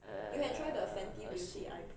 err